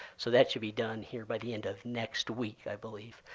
so that should be done here by the end of next week, i believe.